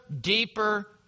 deeper